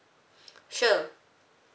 sure